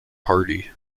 party